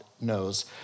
knows